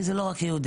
כי זה לא רק יהודים,